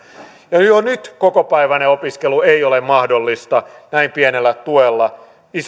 jo jo nyt kokopäiväinen opiskelu ei ole mahdollista näin pienellä tuella